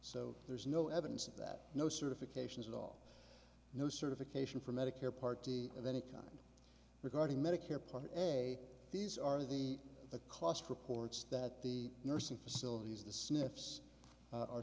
so there's no evidence of that no certifications at all no certification for medicare part d of any kind regarding medicare part a these are the the cluster reports that the nursing facilities the sniffs are